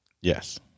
Yes